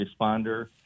responder